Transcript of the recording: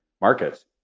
markets